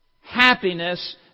happiness